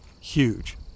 Huge